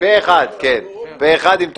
אחד עם תוספת.